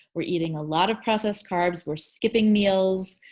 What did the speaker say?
we're eating a lot of processed carbs. we're skipping meals.